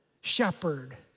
shepherd